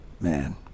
Man